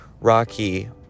Rocky